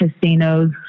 casinos